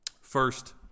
First